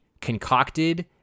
concocted